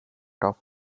off